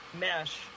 mesh